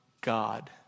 God